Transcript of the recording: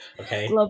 Okay